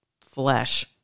flesh